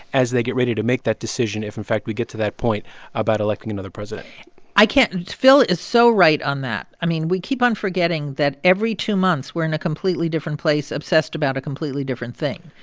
as they get ready to make that decision if, in fact, we get to that point about electing another president i can't phil is so right on that. i mean, we keep on forgetting that every two months, we're in a completely different place, obsessed about a completely different thing.